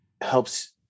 helps